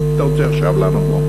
אתה רוצה עכשיו לענות לו?